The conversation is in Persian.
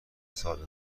سال